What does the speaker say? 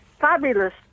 fabulous